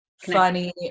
funny